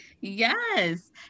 Yes